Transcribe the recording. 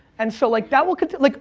and so like that will continue. like